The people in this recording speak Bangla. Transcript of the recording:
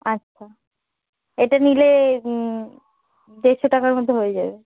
আচ্ছা এটা নিলে দেড়শো টাকার মধ্যে হয়ে যাবে